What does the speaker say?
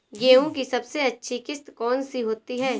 गेहूँ की सबसे अच्छी किश्त कौन सी होती है?